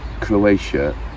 Croatia